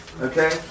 Okay